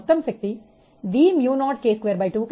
em S